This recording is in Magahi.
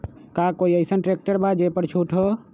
का कोइ अईसन ट्रैक्टर बा जे पर छूट हो?